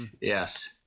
Yes